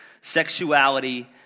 sexuality